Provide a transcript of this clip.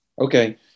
Okay